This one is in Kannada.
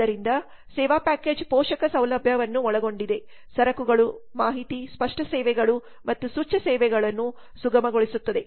ಆದ್ದರಿಂದ ಸೇವಾ ಪ್ಯಾಕೇಜ್ ಪೋಷಕ ಸೌಲಭ್ಯವನ್ನು ಒಳಗೊಂಡಿದೆ ಸರಕುಗಳು ಮಾಹಿತಿ ಸ್ಪಷ್ಟ ಸೇವೆಗಳು ಮತ್ತು ಸೂಚ್ಯ ಸೇವೆಗಳನ್ನು ಸುಗಮಗೊಳಿಸುತ್ತದೆ